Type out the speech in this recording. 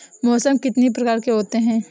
मौसम कितनी प्रकार के होते हैं?